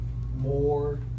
more